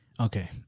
Okay